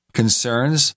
concerns